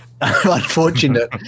Unfortunate